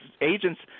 agents